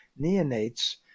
neonates